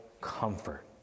comfort